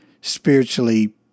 spiritually